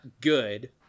good